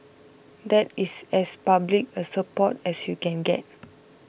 that is as public a support as you can get